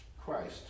Christ